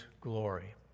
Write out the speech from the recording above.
glory